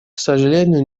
сожалению